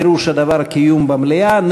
פירוש הדבר דיון במליאה,